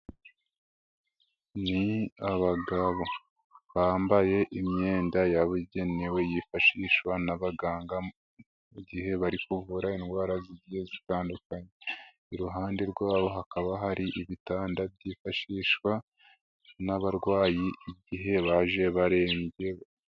Ni abagabo, bambaye imyenda yabugenewe yifashishwa n'abaganga mu gihe bari kuvura indwara zitandukanye, iruhande rwabo hakaba hari ibitanda byifashishwa n'abarwayi igihe baje barembye.